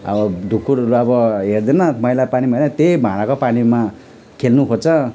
अब ढुकुरहरू अब हेर्दैन मैला पानीमा त्यही भाँडाको पानीमा खेल्नु खोज्छ